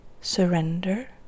surrender